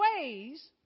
ways